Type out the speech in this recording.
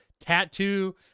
tattoo